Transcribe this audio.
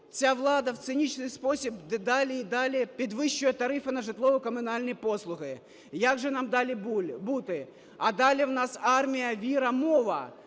ця влада в цинічний спосіб і далі підвищує тарифи на житлово-комунальні послуги. Як же нам далі бути? А далі в нас – армія, віра, мова.